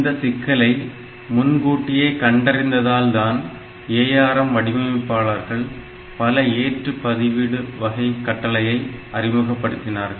இந்த சிக்கலை முன்கூட்டியே கண்டறிந்ததால் தான் ARM வடிவமைப்பாளர்கள் பல ஏற்று பதிவிடு வகை கட்டளையை அறிமுகப்படுத்தினார்கள்